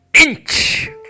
inch